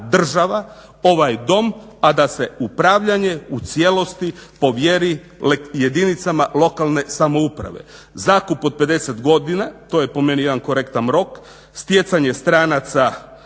država ovaj Dom, a da se upravljanje u cijelosti povjeri jedinicama lokalne samouprave. Zakup od 50 godina, to je po meni jedan korektan rok, stjecanje stranaca